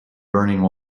burning